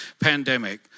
pandemic